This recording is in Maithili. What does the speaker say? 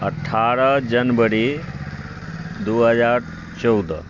अठारह जनवरी दू हजार चौदह